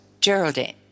Geraldine